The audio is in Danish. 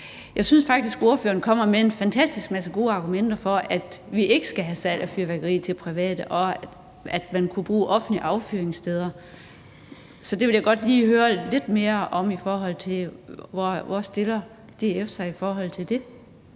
Jeg synes faktisk, at ordføreren kommer med en fantastisk masse gode argumenter for, at vi ikke skal have salg af fyrværkeri til private, og at man kunne bruge offentlige affyringssteder. Så jeg vil godt høre lidt mere om, hvordan DF stiller sig til det.